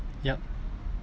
yup